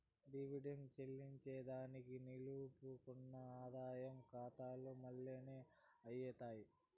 dividend చెల్లింజేదానికి నిలుపుకున్న ఆదాయ కాతాల మల్లనే అయ్యితాది